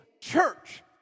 church